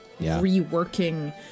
reworking